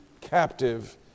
captive